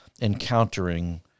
encountering